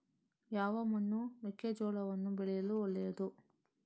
ಯಾವ ಮಣ್ಣು ಮೆಕ್ಕೆಜೋಳವನ್ನು ಬೆಳೆಯಲು ಒಳ್ಳೆಯದು?